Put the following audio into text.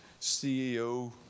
CEO